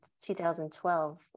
2012